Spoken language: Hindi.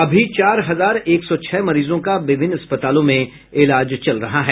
अभी चार हजार एक सौ छह मरीजों का विभिन्न अस्पतालों में इलाज चल रहा है